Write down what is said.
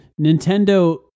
Nintendo